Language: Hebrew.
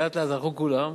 לאט-לאט הלכו כולם,